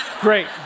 Great